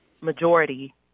majority